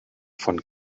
von